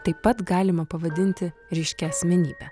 taip pat galima pavadinti ryškia asmenybe